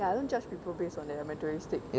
ya I don't judge people based on their materialistic